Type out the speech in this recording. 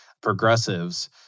progressives